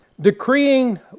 Decreeing